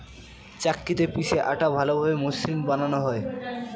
চাক্কিতে পিষে আটা ভালোভাবে মসৃন বানানো হয়